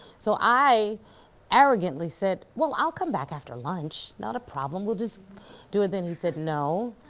so i arrogantly said, well i'll come back after lunch, not a problem, we'll just do it then. he said, no,